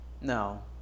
No